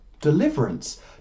Deliverance